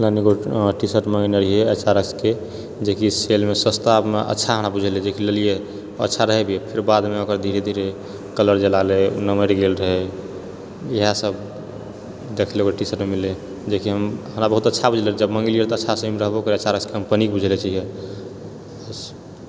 एकगो T shirt मंगेने रहिऐ एस आर एस के जेकि सेलमे सस्ता अच्छा हमरा बुझैले जेकि लेलिए अच्छा रहै भी फेर बादमे ओकर धीरे धीरे कलर जाय लगले नमरि गेल रहै इएह सब देखऽ लेल टीशर्टमे मिललए जेकि हमरा बहुत अच्छा बुझेलए जब मंगेलिये अच्छासँ रहबो करय एस आर एस अच्छा कम्पनी बुझलो छलऽ